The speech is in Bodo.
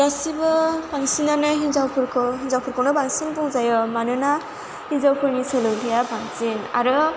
गासैबो बांसिनानो हिनजावफोरखौनो बांसिन बुंजायो मानोना हिनजावफोरनि सोलोंथाया बांसिन आरो